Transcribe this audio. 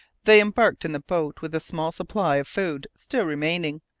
they embarked in the boat with the small supply of food still remaining,